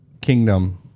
kingdom